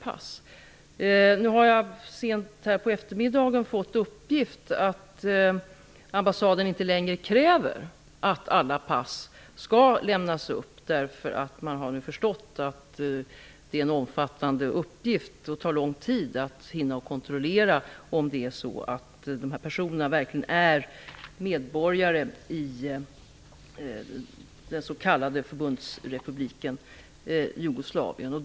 Jag har i dag sent på förmiddagen fått uppgift om att ambassaden inte längre kräver att alla pass skall lämnas in, eftersom man nu har fått förstått att det är en omfattande uppgift. Det tar lång tid att hinna kontrollera om dessa personer verkligen är medborgare i den s.k. Förbundsrepubliken Jugoslavien.